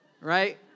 Right